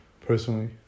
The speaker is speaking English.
personally